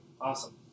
Awesome